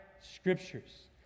scriptures